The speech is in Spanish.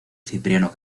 cipriano